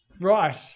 Right